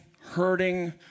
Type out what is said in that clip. hurting